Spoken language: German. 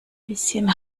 bisschen